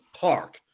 park